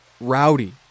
rowdy